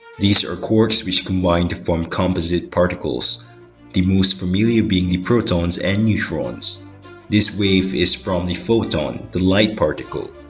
these are quarks which combine to form composite particles the most familiar being the protons and neutrons this wave is from the photon, the light particle